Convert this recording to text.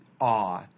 awe